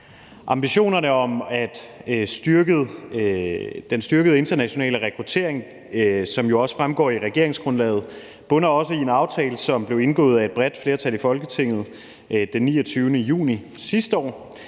Ambitionerne om den styrkede internationale rekruttering, som også fremgår af regeringsgrundlaget, bunder også i en aftale, som blev indgået af et bredt flertal i Folketinget den 29. juni sidste år,